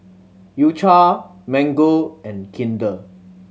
U Cha Mango and Kinder